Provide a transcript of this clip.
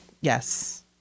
Yes